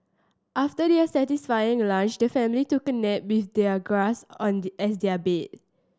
after their satisfying lunch the family took a nap with the grass and as their bed